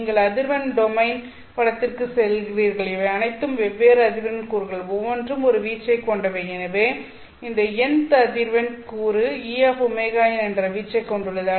நீங்கள் அதிர்வெண் டொமைன் படத்திற்குச் செல்கிறீர்கள் இவை அனைத்தும் வெவ்வேறு அதிர்வெண் கூறுகள் ஒவ்வொன்றும் ஒரு வீச்சை கொண்டவை எனவே இந்த n th அதிர்வெண் கூறு Eωn என்ற வீச்சைக் கொண்டுள்ளது